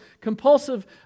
compulsive